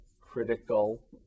critical